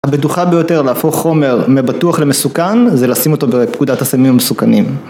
...הבטוחה ביותר להפוך חומר מבטוח למסוכן זה לשים אותו בפקודת הסמים המסוכנים